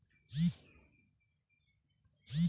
जकरा एक बिघा जमीन छै औकरा कतेक कृषि ऋण भेटत?